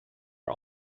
are